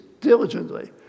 diligently